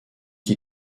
qui